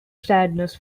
sadness